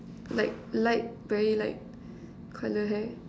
like light very light colour hair